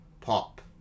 pop